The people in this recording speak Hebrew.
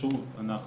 הכשרות אנחנו